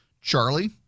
Charlie